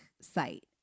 site